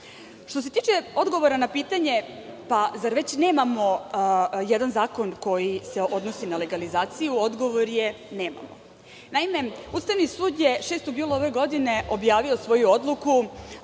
se tiče odgovora na pitanje - zar već nemamo jedan zakon koji se odnosi na legalizaciju? Odgovor je – nemamo. Naime, Ustavni sud je 6. jula ove godine objavio svoju odluku